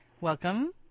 Welcome